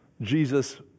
Jesus